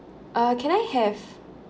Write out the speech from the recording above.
uh can I have